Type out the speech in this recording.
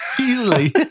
easily